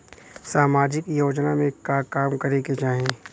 सामाजिक योजना में का काम करे के चाही?